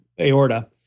Aorta